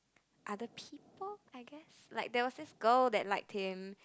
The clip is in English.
other people I guess like there was this girl that liked him